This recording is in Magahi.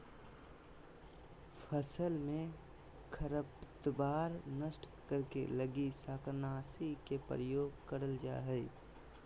फसल में खरपतवार नष्ट करे लगी शाकनाशी के प्रयोग करल जा हइ